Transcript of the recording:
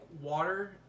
water